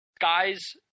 guys